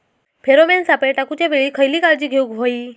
Pheromone सापळे टाकूच्या वेळी खयली काळजी घेवूक व्हयी?